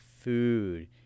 food